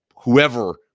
whoever